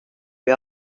bir